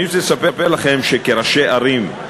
אני רוצה לספר לכם, כראשי ערים,